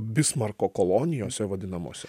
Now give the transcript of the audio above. bismarko kolonijose vadinamose